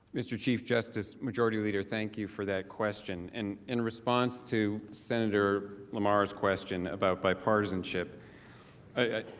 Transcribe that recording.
mr. chief justice majority leader thank you for that question and in response to center on mars question about bipartisanship a